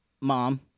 Mom